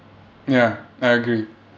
ya I agree